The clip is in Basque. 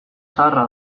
zaharra